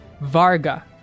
Varga